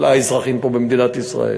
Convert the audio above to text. לאזרחים פה, במדינת ישראל,